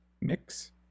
Mix